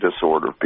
disorder